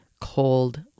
cold